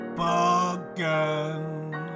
again